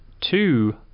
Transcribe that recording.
two